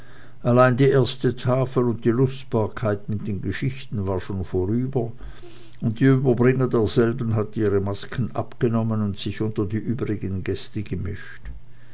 allein die erste tafel und die lustbarkeit mit den geschenken war schon vornher und die überbringer derselben hatten ihre masken abgenommen und sich unter die übrigen gäste gemischt